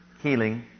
healing